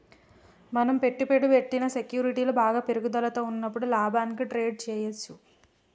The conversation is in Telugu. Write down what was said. మనం పెట్టుబడి పెట్టిన సెక్యూరిటీలు బాగా పెరుగుదలలో ఉన్నప్పుడు లాభానికి ట్రేడ్ చేయ్యచ్చు